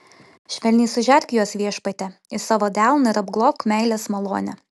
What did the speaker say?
švelniai sužerk juos viešpatie į savo delną ir apglobk meilės malone